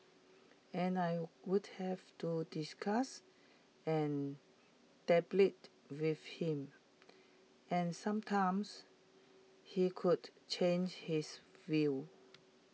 and I would have to discuss and with him and sometimes he could change his view